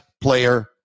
player